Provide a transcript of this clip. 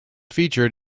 featured